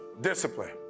Discipline